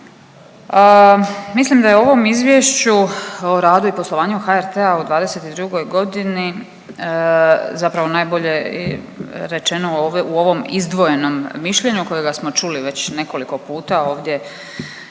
Mislim da je u ovom izvješću o radu i poslovanju HRT-a o '22. godini zapravo najbolje rečeno u ovoj, u ovom izdvojenom mišljenju kojega smo čuli već nekoliko puta ovdje